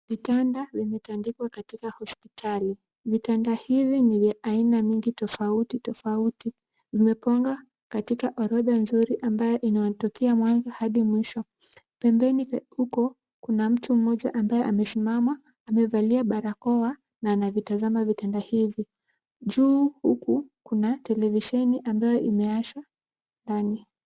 Vitanda vyende tandiko katika hospitali. Vitanda hivi ni vya aina mingi tofautitofauti. Vimepangwa katika orodha nzuri ambayo inatokea mwanzo hadi mwisho. Pembeni huku kuna mtu mmoja ambaye amesimama. Amevalia barakoa na anavitazama vitanda hivi. Juu huku kuna televisheni ambayo imewashwa ndani.